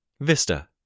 Vista